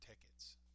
tickets